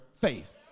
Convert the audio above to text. faith